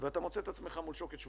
ואתה מוצא את עצמך מול שוקת שבורה,